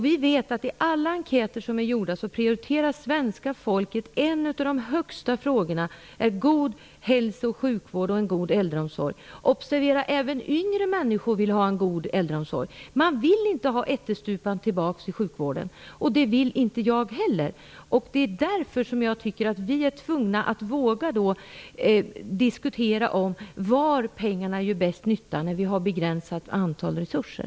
Vi vet att svenska folket enligt alla enkäter som gjorts prioriterar god hälso och sjukvård och god äldreomsorg. Observera att även yngre människor vill ha en god äldreomsorg; man vill inte ha ättestupan tillbaka i sjukvården. Det vill inte jag heller. Det är därför jag tycker att vi är tvungna att våga diskutera var pengarna gör bäst nytta när vi har begränsade resurser.